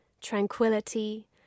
tranquility